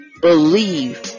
believe